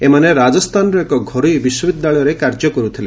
ଏମାନେ ରାଜସ୍ଥାନର ଏକ ଘରୋଇ ବିଶ୍ୱବିଦ୍ୟାଳୟରେ କାର୍ଯ୍ୟ କରୁଥିଲେ